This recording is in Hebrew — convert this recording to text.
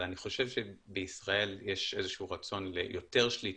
אבל אני חושב שבישראל יש איזשהו רצון ליותר שליטה,